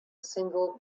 single